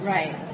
Right